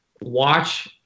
watch